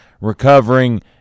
recovering